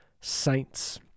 saints